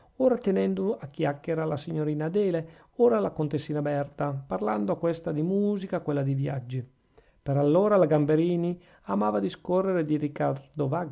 ora tenendo a chiacchiera la signorina adele ora la contessina berta parlando a questa di musica a quella di viaggi per allora la gamberini amava discorrere di riccardo